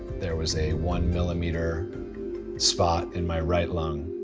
there was a one millimeter spot in my right lung.